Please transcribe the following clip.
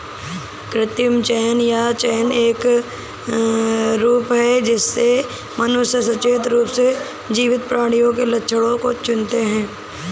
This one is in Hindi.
कृत्रिम चयन यह चयन का एक रूप है जिससे मनुष्य सचेत रूप से जीवित प्राणियों के लक्षणों को चुनते है